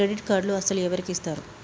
Credit కార్డులు అసలు ఎవరికి ఇస్తారు?